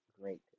great